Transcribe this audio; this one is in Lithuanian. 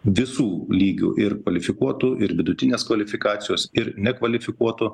visų lygių ir kvalifikuotų ir vidutinės kvalifikacijos ir nekvalifikuotų